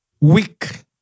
weak